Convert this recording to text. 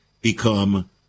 become